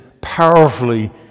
powerfully